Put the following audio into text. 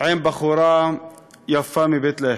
בבחורה יפה מבית-לחם,